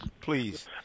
Please